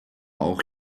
auch